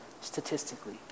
statistically